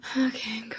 okay